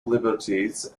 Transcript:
liberties